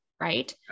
Right